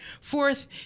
Fourth